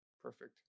Perfect